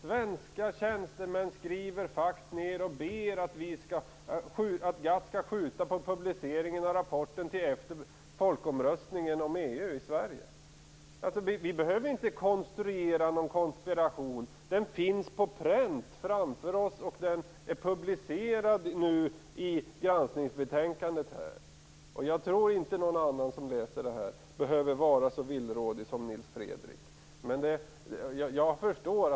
Svenska tjänstemän skickar fax och ber att GATT skall skjuta på publiceringen av rapporten till efter folkomröstningen om EU i Sverige. Vi behöver inte konstruera någon konspirationsteori, den finns på pränt framför oss. Den är publicerad i granskningsbetäkandet. Jag tror inte att någon annan som läser detta behöver var så villrådig som Nils Fredrik Aurelius.